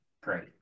great